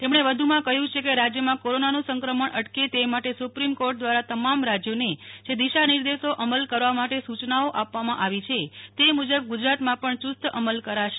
તેમણે વધુમાં કહ્યુ છે કે રાજ્યમાં કોરોનાનું સંક્રમણ અટકે તે માટે સુપ્રિમ કોર્ટ દ્વારા તમામ રાજ્યોને જે દિશાનિર્દેશો અમલ કરવા માટે સૂચનાઓ આપવામાં આવી છે તે મુજબ ગુજરાતમાં પણ યુસ્ત અમલ કરાશે